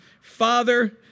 Father